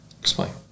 Explain